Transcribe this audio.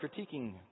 critiquing